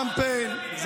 אתם עושים קמפיין,